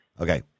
Okay